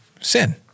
sin